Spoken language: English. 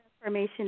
Information